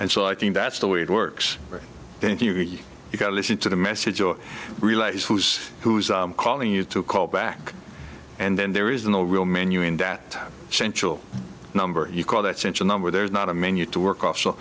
and so i think that's the way it works thank you you got to listen to the message or relays who's who's calling you to call back and then there is no real menu in dat central number you call that center number there's not a menu to work